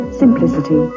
simplicity